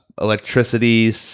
electricity